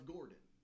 Gordon